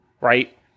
right